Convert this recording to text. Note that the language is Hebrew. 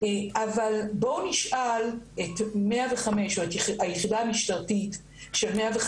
אבל בואו נשאל את 105 או את היחידה המשטרתית של 105